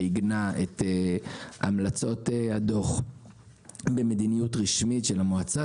שעיגנה את המלצות הדו"ח במדיניות רשמית של המועצה.